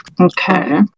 Okay